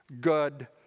good